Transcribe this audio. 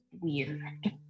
weird